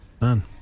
man